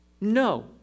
no